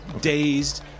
Dazed